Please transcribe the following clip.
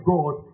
God